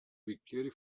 bicchieri